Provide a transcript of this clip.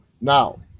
Now